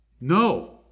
No